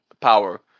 power